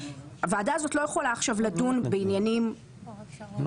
הוועדה הזאת לא יכולה עכשיו לדון בעניינים אחרים,